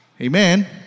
Amen